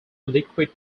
liquid